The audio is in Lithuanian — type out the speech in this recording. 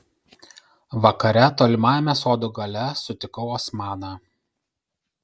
vakare tolimajame sodo gale sutikau osmaną